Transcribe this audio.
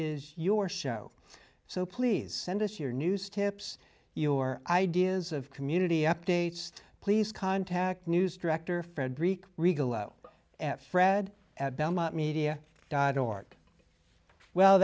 is your show so please send us your news tips your ideas of community updates please contact news director frederick regal fred at belmont media dot org well